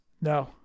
no